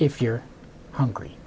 if you're hungry